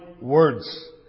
words